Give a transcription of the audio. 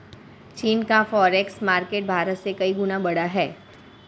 चीन का forex market Bharat से कई गुना बड़ा है